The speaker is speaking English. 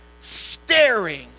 staring